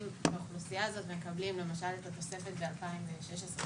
באוכלוסייה הזאת ומקבלים למשל את התוספת ב-2016-2017.